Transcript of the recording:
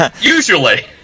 usually